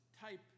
type